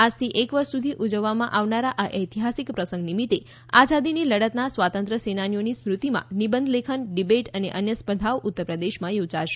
આજથી એક વર્ષ સુધી ઉજવવામાં આવનારા આ ઐતિહાસિક પ્રસંગ નિમિત્તે આઝાદીની લડતના સ્વાતંત્ય્વ સેનાનીઓની સ્મૃતિમાં નિબંધ લેખન ડિબેટ અને અન્ય સ્પર્ધાઓ ઉત્તરપ્રદેશમાં યોજાશે